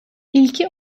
i̇lki